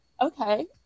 okay